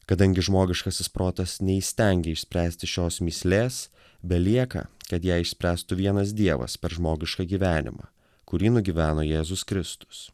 kadangi žmogiškasis protas neįstengia išspręsti šios mįslės belieka kad ją išspręstų vienas dievas per žmogišką gyvenimą kurį nugyveno jėzus kristus